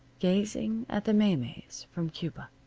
gazing at the maymeys from cuba.